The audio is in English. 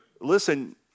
Listen